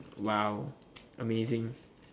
!wow! amazing